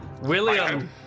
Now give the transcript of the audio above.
William